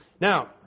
Now